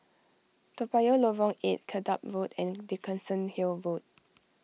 Toa Payoh Lorong eight Dedap Road and Dickenson Hill Road